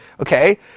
okay